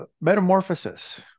metamorphosis